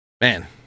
man